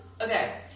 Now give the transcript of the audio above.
Okay